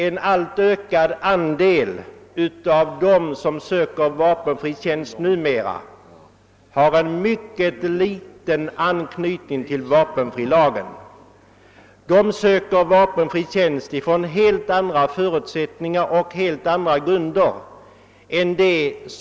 En ökande andel av dem som söker vapenfri tjänst numera har mycket liten anknytning till vad som står i vapenfrilagen. De söker vapenfri tjänst från helt andra förutsättningar och på helt andra grunder.